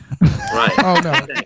Right